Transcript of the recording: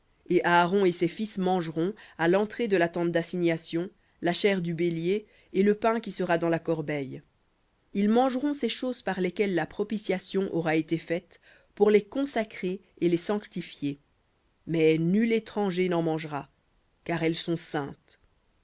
et aaron et ses fils mangeront à l'entrée de la tente d'assignation la chair du bélier et le pain qui sera dans la corbeille ils mangeront ces choses par lesquelles la propitiation aura été faite pour les consacrer et les sanctifier mais nul étranger n'en mangera car elles sont saintes